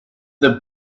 the